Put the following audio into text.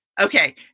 Okay